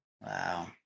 Wow